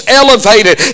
elevated